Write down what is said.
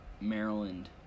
Maryland